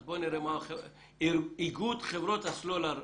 אז בוא נראה מה איגוד חברות הסלולר אומר.